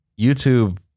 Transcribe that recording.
YouTube